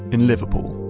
in liverpool,